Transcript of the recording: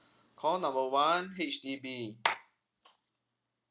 call number one H_D_B